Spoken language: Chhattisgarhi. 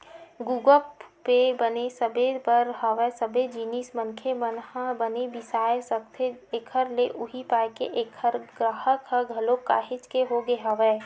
गुगप पे बने सबे बर हवय सबे जिनिस मनखे मन ह बने बिसा सकथे एखर ले उहीं पाय के ऐखर गराहक ह घलोक काहेच के होगे हवय